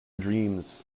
dreams